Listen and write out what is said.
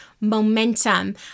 momentum